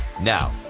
Now